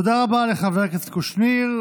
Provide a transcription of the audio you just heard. תודה רבה לחבר הכנסת קושניר,